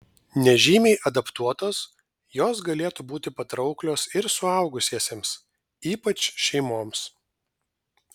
nežymiai adaptuotos jos galėtų būti patrauklios ir suaugusiesiems ypač šeimoms